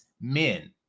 men